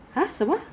yeah of course